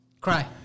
Cry